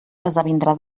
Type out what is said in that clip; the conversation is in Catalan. esdevindrà